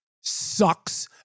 sucks